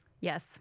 Yes